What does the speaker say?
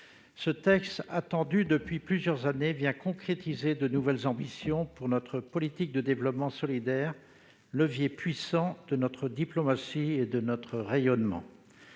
Ce texte, attendu depuis plusieurs années, vient concrétiser de nouvelles ambitions pour notre politique de développement solidaire, levier puissant de notre diplomatie et de notre rayonnement.